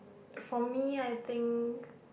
for me I think